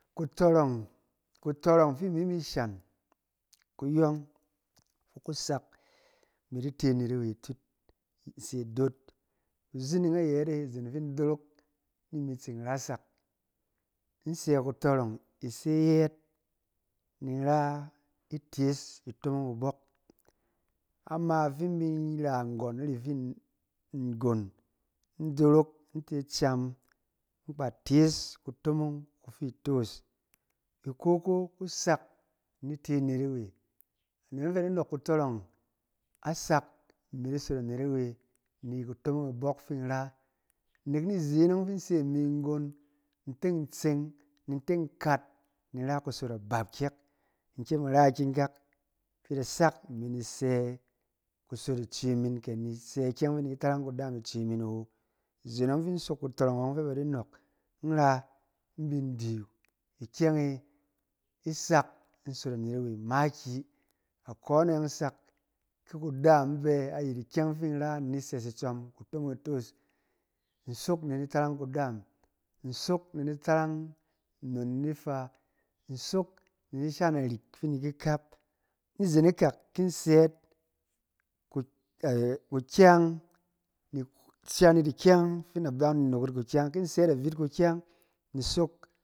Kutɔrɔng fi imi mi shan, kuyɔng fi ku sak imi di te anet-awe atut in se doot. Kuzining ayɛt e, izen fin in dorok, ni imi tsin rasak, in sɛ kutɔrɔng i se yɛɛt, ni in ra itees kutomong kubɔk. Ama fi in bi ra nggɔn iri fin- nggon, in dorok, in te cam, in kpa tees kutomong kufi itos. Iko ko ku sak in di te anet-awe, anet fɛ a di nɔɔk kutɔrɔng a sak imi di sot anet-awe ni kutomong ibɔk fin in ra. Nek ni zen ɔng fi in se imi nggon, in teng in tseng ni in teng in kat, ni ra kusot abap kyɛk, in kyem in ra akikak fi da sak imi sɛ kusot ace min, kɛ ni sɛ ikyɛng ɔng fɛ da tarang kudaam ice min awo. Izen ɔng fin sok kutɔrɔng ɔng fɛ ba di nɔɔk, in ra, in bin di ikyɛng e i sak in sot anet-awe makiyi. Akone i sak ki kudaam bɛ ayit ikyɛng fin in ra in di sɛ itsɔm, kutomong itos in sok ni di tarang kudaam, in sok in di tarang nnon ‘in ifa, in sok in di shan narik fin in di ki kap. Ni zen ikak kin in sɛ yit ku-ɛ- kukyang ni shan yit ikyɛng fi na ban nok yit kukyang, ki in sɛ yit avit kukyang ni sok,